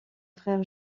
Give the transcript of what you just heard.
frère